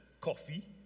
coffee